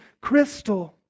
crystal